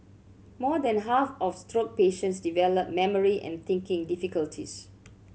more than half of stroke patients develop memory and thinking difficulties